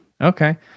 Okay